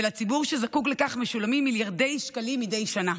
ולציבור שזקוק לכך משולמים מיליארדי שקלים מדי שנה.